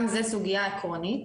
גם זה סוגיה עקרונית